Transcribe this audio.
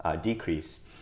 decrease